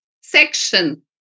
section